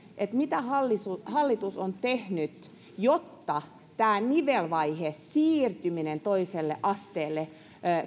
mitä hallitus hallitus on tehnyt jotta tätä nivelvaihetta siirtymistä toiselle asteelle